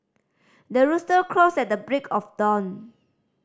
the rooster crows at the break of dawn